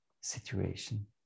situation